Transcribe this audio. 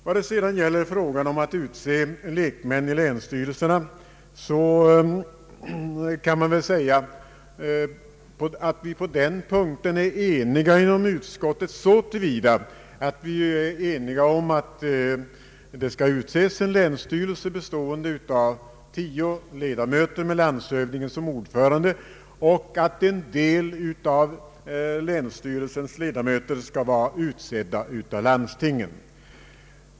När det gäller att utse lekmän i länsstyrelserna är vi ense inom utskottet så till vida att vi anser att tio ledamöter med landshövdingen som ordförande skall utses och att en del av ledamöterna skall vara utsedda av landstingen.